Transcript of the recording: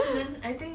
!wah!